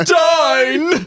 dine